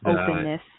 openness